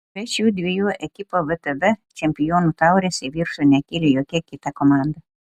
be šių dviejų ekipų vtb čempionų taurės į viršų nekėlė jokia kita komanda